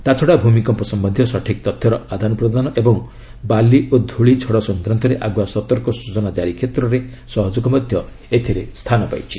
ତାଛଡ଼ା ଭୂମିକମ୍ପ ସମ୍ପନ୍ଧୀୟ ସଠିକ୍ ତଥ୍ୟର ଆଦାନପ୍ରଦାନ ଏବଂ ବାଲି ଓ ଧୂଳିଝଡ଼ ସଂକ୍ରାନ୍ତରେ ଆଗୁଆ ସତର୍କ ସୂଚନା ଜାରି କ୍ଷେତ୍ରରେ ସହଯୋଗ ମଧ୍ୟ ଏଥିରେ ସ୍ଥାନ ପାଇଛି